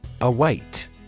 Await